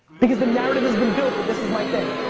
because the narrative has been built, that this is my thing.